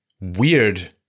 weird